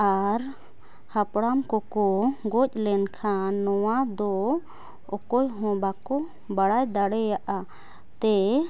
ᱟᱨ ᱦᱟᱯᱲᱟᱢᱠᱚᱠᱚ ᱜᱚᱡᱞᱮᱱᱠᱷᱟᱱ ᱱᱚᱣᱟᱫᱚ ᱚᱠᱚᱭᱦᱚᱸ ᱵᱟᱠᱚ ᱵᱟᱲᱟᱭ ᱫᱟᱲᱮᱭᱟᱜᱼᱟ ᱛᱮ